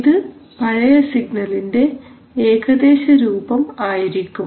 ഇത് പഴയ സിഗ്നലിന്റെ ഏകദേശരൂപം ആയിരിക്കും